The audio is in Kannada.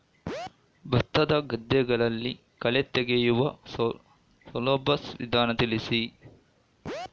ಭತ್ತದ ಗದ್ದೆಗಳಲ್ಲಿ ಕಳೆ ತೆಗೆಯುವ ಸುಲಭ ವಿಧಾನ ತಿಳಿಸಿ?